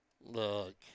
Look